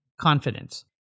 confidence